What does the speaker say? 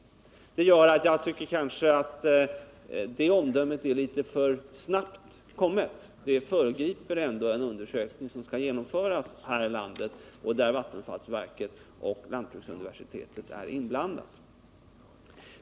Detta gör att jag tycker att omdömet är litet för snabbt kommet. Det föregriper ändå den undersökning som skall göras här i landet och där vattenfallsverket och Lantbruksuniversitetet är inblandade.